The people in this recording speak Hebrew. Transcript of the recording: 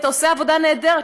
אתה עושה עבודה נהדרת,